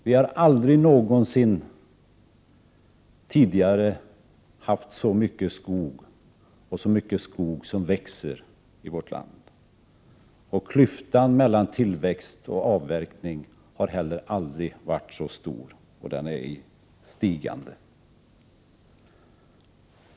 Det har aldrig någonsin tidigare funnits så mycket skog och så mycket skog som växer i vårt land, och klyftan mellan tillväxt och avverkning har heller aldrig varit så stor. Den ökar också.